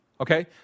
okay